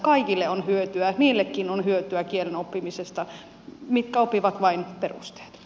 kaikille on hyötyä niillekin on hyötyä kielen oppimisesta jotka oppivat vain perusteet